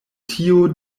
tio